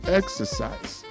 exercise